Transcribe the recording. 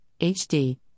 HD